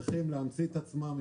שבגלל הפגיעה צריכים להמציא את עצמם,